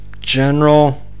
General